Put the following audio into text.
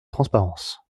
transparence